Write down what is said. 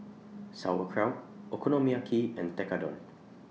Sauerkraut Okonomiyaki and Tekkadon